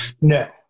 No